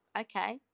okay